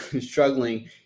struggling